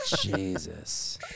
Jesus